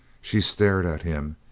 she stared at him,